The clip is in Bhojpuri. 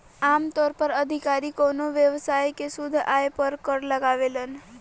आमतौर पर अधिकारी कवनो व्यवसाय के शुद्ध आय पर कर लगावेलन